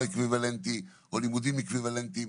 אקוויוולנטי או לימודי אקוויוולנטיים,